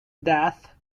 death